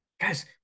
Guys